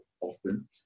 often